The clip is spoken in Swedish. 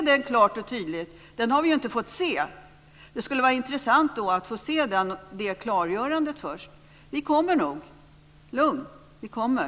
Det har vi ju inte fått se, men det skulle vara intressant att få se det först. Vi kommer nog. Lugn, vi kommer.